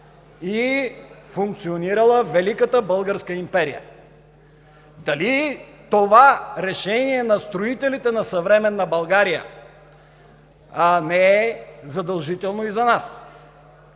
и функционирала великата българска империя? Дали това Решение на строителите на съвременна България не е задължително и за нас?!